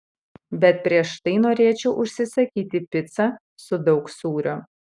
bet prieš tai norėčiau užsisakyti picą su daug sūrio